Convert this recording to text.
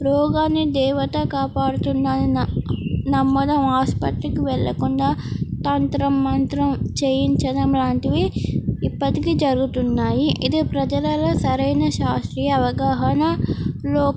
రోగాన్ని దేవత కాపాడుతుందని నమ్మడం ఆసుపత్రికి వెళ్ళకుండా తంత్రం మంత్రం చేయించడం లాంటివి ఇప్పటికీ జరుగుతున్నాయి ఇది ప్రజలలో సరైన శాస్త్రీయ అవగాహనలో